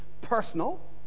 personal